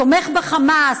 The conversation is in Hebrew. תומך בחמאס,